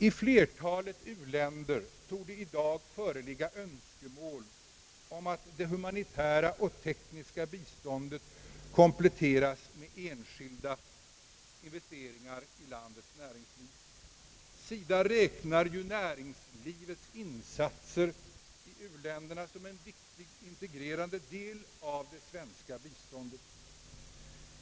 I flertalet u-länder torde i dag föreligga önskemål om att det humanitära och tekniska biståndet kompletteras med enskilda investeringar i landets näringsliv. SIDA räknar näringslivets insatser i u-länderna såsom en viktig integrerande del av det svenska biståndet.